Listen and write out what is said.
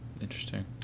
interesting